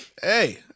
hey